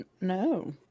No